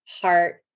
heart